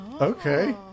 Okay